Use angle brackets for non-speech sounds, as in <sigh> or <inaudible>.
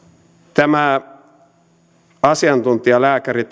tämä asiantuntijalääkäri <unintelligible>